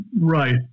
right